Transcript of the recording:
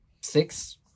six